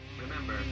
Remember